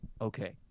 Okay